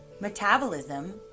metabolism